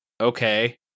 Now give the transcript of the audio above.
okay